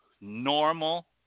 normal